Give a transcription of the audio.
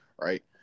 right